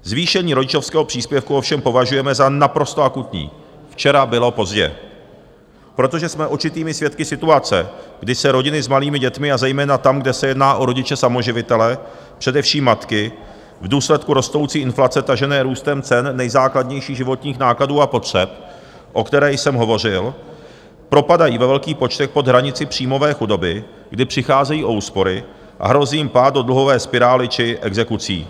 Zvýšení rodičovského příspěvku ovšem považujeme za naprosto akutní, včera bylo pozdě, protože jsme očitými svědky situace, kdy se rodiny s malými dětmi, a zejména tam, kde se jedná o rodiče samoživitele, především matky, v důsledku rostoucí inflace tažené růstem cen nejzákladnějších životních nákladů a potřeb, o které jsem hovořil, propadají ve velkých počtech pod hranici příjmové chudoby, kdy přicházejí o úspory a hrozí jim pád do dluhové spirály či exekucí.